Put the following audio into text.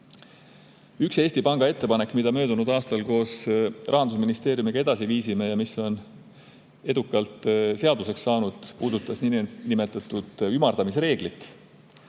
Üks Eesti Panga ettepanek, mida möödunud aastal koos Rahandusministeeriumiga edasi viisime ja mis on edukalt seaduseks saanud, puudutas niinimetatud ümardamisreeglit.